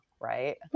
right